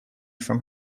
from